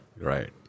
Right